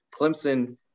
Clemson